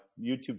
YouTube